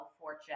fortune